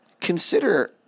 consider